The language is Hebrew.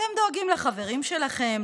אתם דואגים לחברים שלכם,